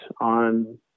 on